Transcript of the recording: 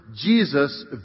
Jesus